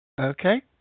Okay